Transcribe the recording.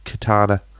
Katana